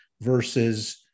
versus